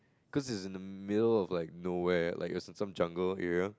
cause it's in the middle of like nowhere like it was in some jungle area